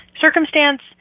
circumstance